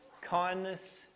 kindness